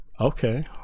okay